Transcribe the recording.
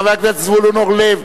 חבר הכנסת זבולון אורלב.